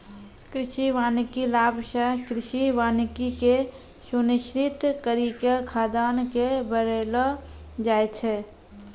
कृषि वानिकी लाभ से कृषि वानिकी के सुनिश्रित करी के खाद्यान्न के बड़ैलो जाय छै